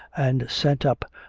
and sent up,